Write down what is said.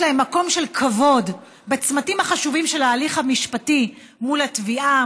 יש להם מקום של כבוד בצמתים החשובים של ההליך המשפטי מול התביעה,